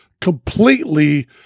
completely